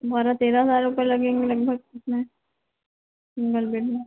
बारह तेरह हज़ार रुपये लगेंगे लगभग इसमें सिंगल बेड में